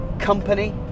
company